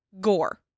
gore